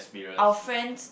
our friend's